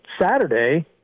Saturday